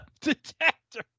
detector